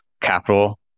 capital